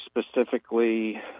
specifically